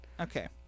Okay